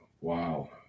Wow